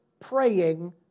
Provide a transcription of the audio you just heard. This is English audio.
praying